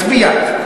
מצביע.